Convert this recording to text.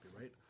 right